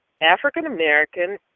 African-American